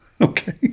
Okay